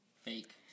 fake